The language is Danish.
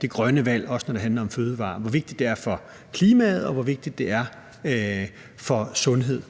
det grønne valg, også når det handler om fødevarer – hvor vigtigt det er for klimaet, og hvor vigtigt det er for sundheden.